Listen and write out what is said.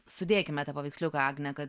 sudėkime tą paveiksliuką agne kad